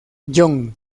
john